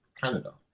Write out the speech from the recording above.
canada